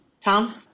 Tom